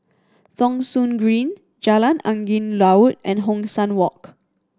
Thong Soon Green Jalan Angin Laut and Hong San Walk